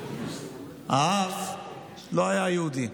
האב לא היה יהודי,